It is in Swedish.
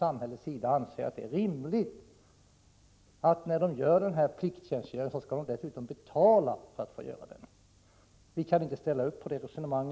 Samhället anser det rimligt att de som gör den här plikttjänstgöringen skall betala för att få göra den! Vi kan inte ansluta oss till ett sådant resonemang.